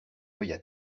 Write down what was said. feuilles